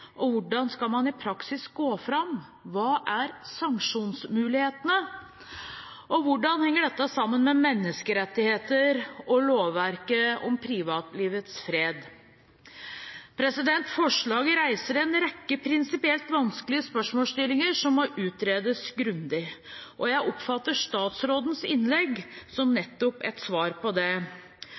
og hvordan skal man i praksis gå fram? Hva er sanksjonsmulighetene? Og hvordan henger dette sammen med menneskerettigheter og lovverket om privatlivets fred? Forslaget reiser en rekke prinsipielt vanskelige spørsmålsstillinger, som må utredes grundig. Jeg oppfatter statsrådens innlegg som nettopp et svar på det.